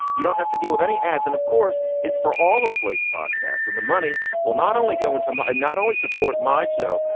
you don't have to deal with any ads. and of course, it's for all of slate's podcasts. and the money will not only go into it, and not only support my show,